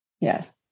yes